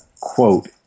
quote